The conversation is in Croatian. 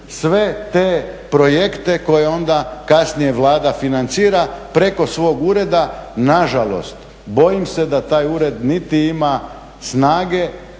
sve te projekte koje onda kasnije Vlada financira preko svog ureda. Nažalost, bojim se da taj ured niti ima snage,